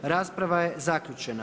Rasprava je zaključena.